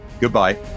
Goodbye